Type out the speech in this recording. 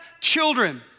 children